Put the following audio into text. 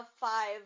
five